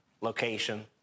location